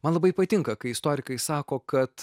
man labai patinka kai istorikai sako kad